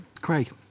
Craig